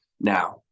now